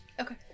Okay